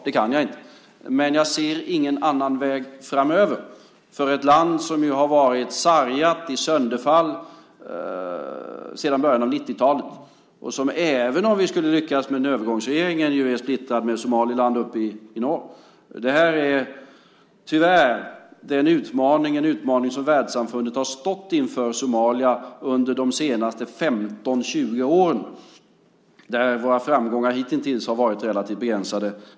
Det kan jag inte, men jag ser ingen annan väg framöver för ett land som har varit sargat och i sönderfall sedan början av 90-talet och som även om vi skulle lyckas med en övergångsregering är splittrad med Somaliland uppe i norr. Det här är tyvärr den utmaning som världssamfundet har stått inför i Somalia under de senaste 15-20 åren, där våra framgångar hitintills har varit relativt begränsade.